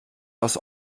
aus